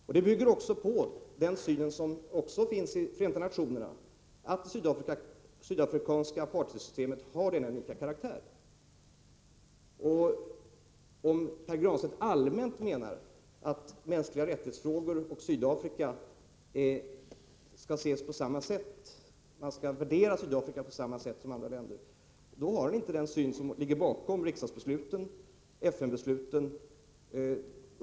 Detta bygger på den syn som också finns i Förenta nationerna, att apartheidsystemet i Sydafrika har denna karaktär. Om Pär Granstedt allmänt menar att mänskliga rättighetsfrågor beträffande Sydafrika skall värderas på samma sätt som när det gäller andra länder, då har han inte den syn som ligger bakom riksdagsbeslutet och FN-beslutet.